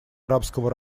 арабского